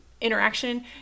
interaction